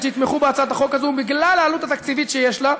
שיתמכו בהצעת החוק הזאת בגלל העלות התקציבית שיש לה,